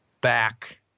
back